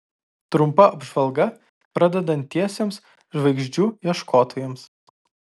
trumpa apžvalga pradedantiesiems žvaigždžių ieškotojams